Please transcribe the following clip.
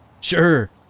Sure